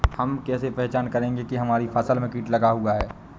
हम कैसे पहचान करेंगे की हमारी फसल में कीट लगा हुआ है?